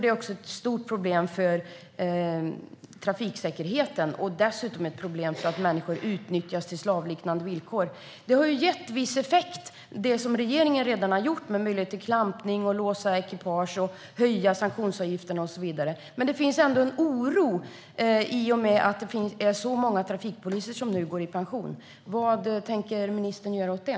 Det är också ett stort problem för trafiksäkerheten och därför att människor utnyttjas på slavliknande villkor. Det regeringen redan har gjort har ju gett viss effekt: möjlighet till klampning och låsning av ekipage, höjda sanktionsavgifter och så vidare. Men det finns ändå en oro i och med att så många trafikpoliser nu går i pension. Vad tänker ministern göra åt det?